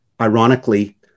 Ironically